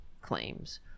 claims